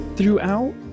Throughout